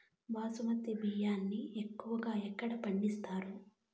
బాస్మతి బియ్యాన్ని ఎక్కువగా ఎక్కడ పండిస్తారు?